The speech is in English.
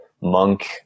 monk